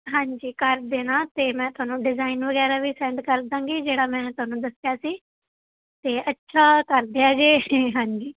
ਹਾਂਜੀ ਕਰ ਦੇਣਾ ਅਤੇ ਮੈਂ ਤੁਹਾਨੂੰ ਡਿਜ਼ਾਇਨ ਵਗੈਰਾ ਵੀ ਸੈਂਡ ਕਰ ਦਾਂਗੀ ਜਿਹੜਾ ਮੈਂ ਤੁਹਾਨੂੰ ਦੱਸਿਆ ਸੀ ਅਤੇ ਅੱਛਾ ਕਰ ਦਿਆ ਜੇ ਇਹ ਹਾਂਜੀ